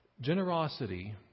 Generosity